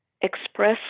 express